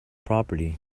property